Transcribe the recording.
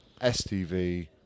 STV